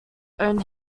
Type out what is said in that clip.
own